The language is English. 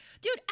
dude